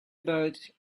about